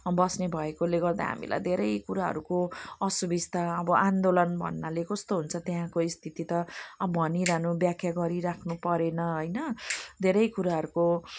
बस्ने भएकोले गर्दा हामीलाई धेरै कुराहरूको असुविस्ता अब आन्दोलन भन्नाले कस्तो हुन्छ त्यहाँको स्थिति त अब भनिरहनु व्याख्या गरिराख्नु परेन हैन धेरै कुराहरूको